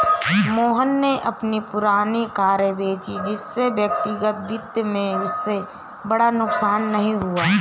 मोहन ने अपनी पुरानी कारें बेची जिससे व्यक्तिगत वित्त में उसे बड़ा नुकसान नहीं हुआ है